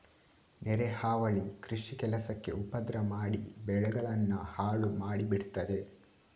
ನೆರೆ ಹಾವಳಿ ಕೃಷಿ ಕೆಲಸಕ್ಕೆ ಉಪದ್ರ ಮಾಡಿ ಬೆಳೆಗಳನ್ನೆಲ್ಲ ಹಾಳು ಮಾಡಿ ಬಿಡ್ತದೆ